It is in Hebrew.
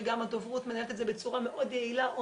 שגם הדוברות מנהלת את זה בצורה מאוד יעילה,